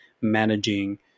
managing